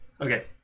Okay